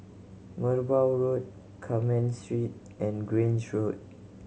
Merbau Road Carmen Street and Grange Road